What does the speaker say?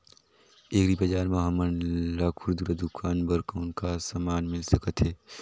Agri बजार म हमन ला खुरदुरा दुकान बर कौन का समान मिल सकत हे?